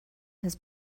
his